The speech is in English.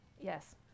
yes